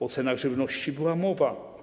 O cenach żywności była mowa.